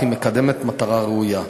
אך הוא מקדם מטרה ראויה.